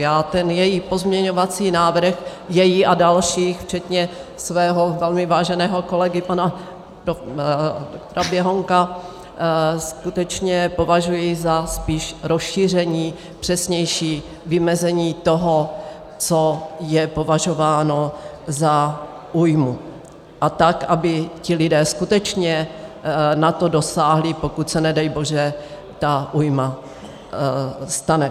Já ten její pozměňovací návrh, její a dalších, včetně svého velmi váženého kolegy pana Běhounka, skutečně považuji za spíš rozšíření, přesnější vymezení toho, co je považováno za újmu, a tak, aby ti lidé skutečně na to dosáhli, pokud se, nedej bože, ta újma stane.